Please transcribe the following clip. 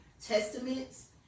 testaments